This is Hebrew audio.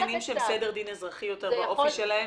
זאת אומרת בעיקר עניינים של סדר דין אזרחי יותר באופי שלהם,